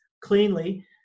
cleanly